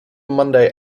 monday